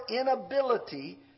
inability